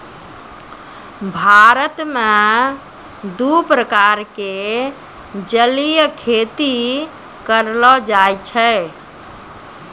भारत मॅ दू प्रकार के जलीय खेती करलो जाय छै